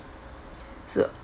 so